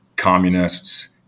communists